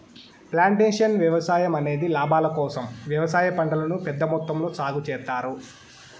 plantation వ్యవసాయం అనేది లాభాల కోసం వ్యవసాయ పంటలను పెద్ద మొత్తంలో సాగు చేత్తారు